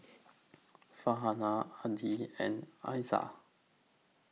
Farhanah Adi and Aizat